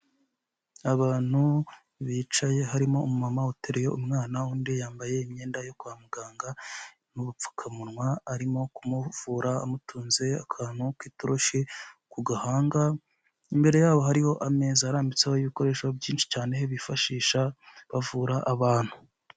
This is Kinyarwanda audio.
Abantu bicaye harimo umumama utereye umwana, undi yambaye imyenda yo kwa muganga n'ubupfukamunwa, arimo kumuvura amutunze akantu k'itoroshi ku gahanga, imbere yabo hariho ameza arambitseho ibikoresho byinshi cyane bifashisha bavura abantu.